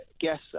guess